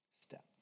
step